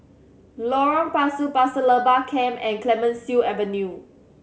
Lorong Pasu Pasir Laba Camp and Clemenceau Avenue